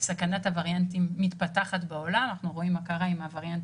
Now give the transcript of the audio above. סכנת הווריאנטים מתפתחת בעולם אנחנו רואים מה קרה עם הווריאנט